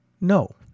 No